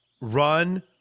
run